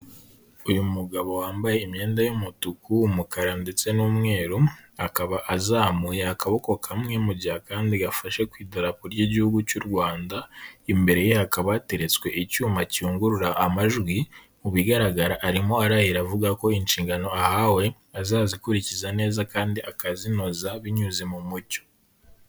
Uyu mugabo wambaye imyenda y'umutuku, umukara ndetse n'umweru, akaba azamuye akaboko kamwe mu gihe akandi gafashe ku idarapo ry'igihugu cy'u Rwanda, imbere ye hakaba hateretswe icyuma kiyungurura amajwi, mu bigaragara arimo arahira avuga ko inshingano ahawe azazikurikiza neza kandi akazinoza binyuze mu mucyo.